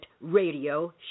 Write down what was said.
radio